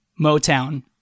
Motown